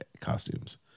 costumes